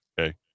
Okay